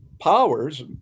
powers